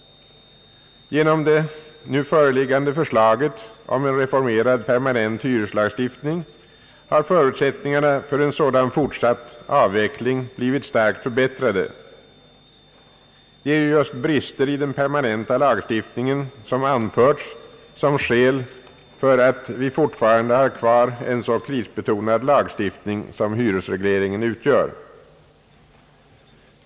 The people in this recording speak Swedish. Genom det nu föreliggande förslaget om en reformerad permanent hyreslagstiftning har förutsättningarna för en sådan fortsatt avveckling blivit starkt förbättrade. Det är ju just brister i den permanenta lagstiftningen, som anförts som skäl för att vi fortfarande har kvar en så krisbetonad lagstiftning som hyresregleringen utgör.